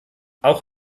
auch